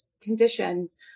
conditions